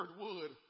wood